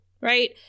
right